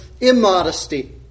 immodesty